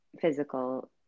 physical